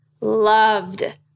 loved